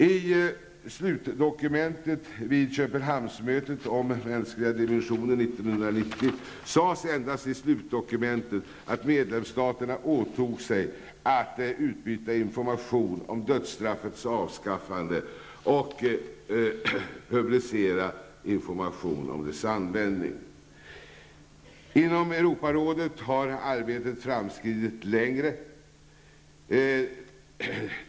I slutdokumentet vid Köpenhamnsmötet om den mänskliga dimensionen 1990 sades endast att medlemsstaterna åtog sig att utbyta information om dödsstraffets avskaffande och att publicera information om dess användning. Inom Europarådet har arbetet framskridit längre.